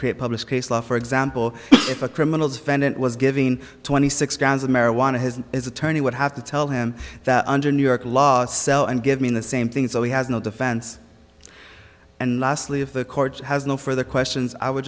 create publish case law for example if a criminal defendant was given twenty six grams of marijuana his and his attorney would have to tell him that under new york law sell and give me the same thing so he has no defense and lastly if the court has no further questions i would